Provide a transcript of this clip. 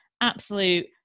absolute